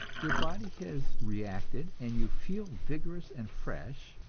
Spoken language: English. your body has reacted and you feel vigorous and fresh,